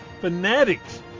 fanatics